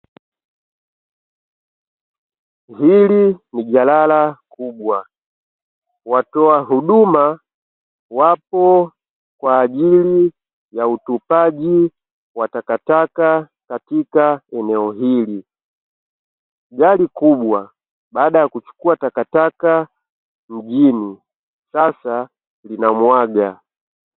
Hili ni jalala kubwa, watoa huduma kwa ajili ya utupaji wa takataka katika eneo hili, gari kubwa baada ya kuchukua takataka mjini sasa linamwaga.